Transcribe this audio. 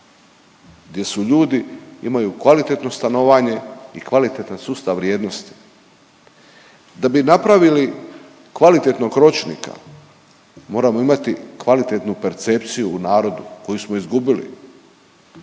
gdje su ljudi, imaju kvalitetno stanovanje i kvalitetan sustav vrijednosti. Da bi napravili kvalitetnog ročnika, moramo imati kvalitetnu percepciju u narodu koju smo izgubili.